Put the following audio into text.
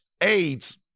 AIDS